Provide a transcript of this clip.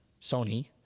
Sony